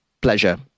pleasure